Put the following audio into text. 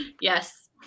Yes